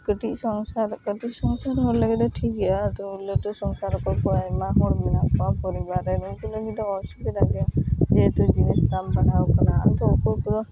ᱠᱟᱹᱴᱤᱡ ᱥᱟᱝᱥᱟᱨ ᱠᱟᱹᱴᱤᱡ ᱥᱟᱝᱥᱟᱨ ᱦᱚᱲ ᱞᱟᱹᱜᱤᱫ ᱫᱚ ᱴᱷᱤᱠ ᱜᱮᱭᱟ ᱟᱫᱚ ᱞᱟᱹᱴᱩ ᱥᱟᱝᱥᱟᱨ ᱚᱠᱚᱭ ᱠᱚᱣᱟᱜ ᱟᱭᱢᱟ ᱦᱚᱲ ᱢᱮᱱᱟᱜ ᱠᱚᱣᱟ ᱯᱚᱨᱤᱵᱟᱨ ᱨᱮ ᱩᱱᱠᱩ ᱞᱟᱹᱜᱤᱫ ᱫᱚ ᱚᱥᱩᱵᱤᱫᱟ ᱜᱮᱭᱟ ᱡᱮᱦᱮᱛᱩ ᱡᱤᱱᱤᱥ ᱫᱟᱢ ᱵᱟᱲᱦᱟᱣ ᱟᱠᱟᱱᱟ ᱟᱫᱚ ᱚᱠᱚᱭ ᱠᱚ